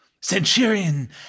Centurion